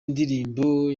ndirimbo